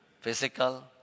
Physical